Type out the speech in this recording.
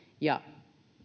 ja